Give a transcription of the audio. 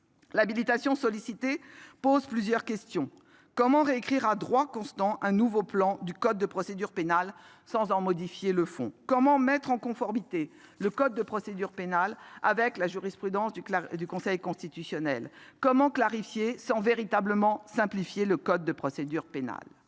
L'habilitation sollicitée pose plusieurs questions : comment réécrire à droit constant un nouveau plan du code de procédure pénale sans en modifier le fond ? Comment le mettre en conformité avec la jurisprudence du Conseil constitutionnel ? Comment le clarifier sans véritablement le simplifier ? À ces questions,